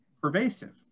pervasive